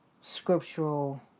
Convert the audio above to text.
scriptural